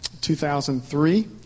2003